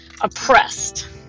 oppressed